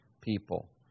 people